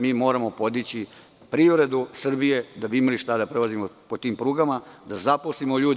Mi moramo podići privredu Srbije da bi imali šta da prevozimo po tim prugama i da zaposlimo ljude.